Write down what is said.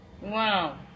Wow